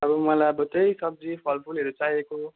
अब मलाई अब त्यही सब्जी फलफुलहरू चाहिएको